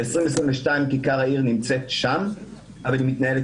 ב-2022 כיכר העיר נמצאת שם אבל מתנהלת